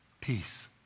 Peace